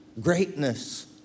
Greatness